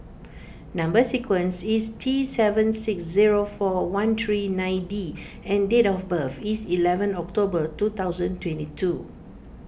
Number Sequence is T seven six zero four one three nine D and date of birth is eleven October two thousand twenty two